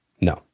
No